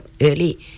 early